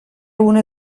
una